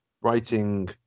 writing